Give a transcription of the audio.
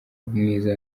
mwiza